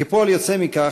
כפועל יוצא מכך,